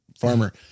farmer